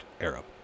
Arab